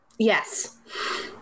Yes